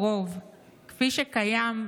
ימנו אותם לפי הרוב הידוע.